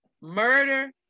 Murder